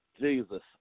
Jesus